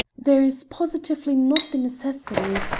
there is positively not the necessity,